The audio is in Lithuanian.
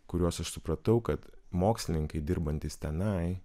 kuriuos aš supratau kad mokslininkai dirbantys tenai